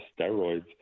steroids